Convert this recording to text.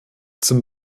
zum